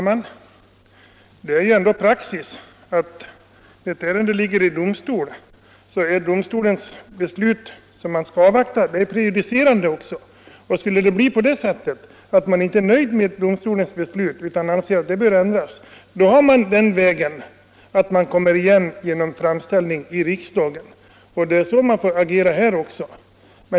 Herr talman! När ett ärende av det här slaget ligger i domstol är det praxis att man avvaktar domstolens beslut, som blir prejudicerande. Skulle det bli på det sättet att man inte är nöjd med domstolens beslut har man att genom en framställning i riksdagen söka få rättelse. Det är så man får agera här också.